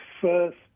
first